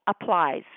applies